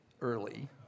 Early